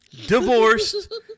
Divorced